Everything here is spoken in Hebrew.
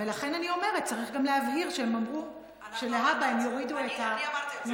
ולכן אני אומרת: צריך גם להבהיר שהם אמרו שלהבא הם יורידו את הנוסע,